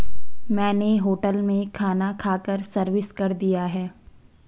मैंने होटल में खाना खाकर सर्विस कर दिया है